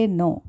no